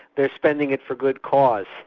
they're spending it for good cause.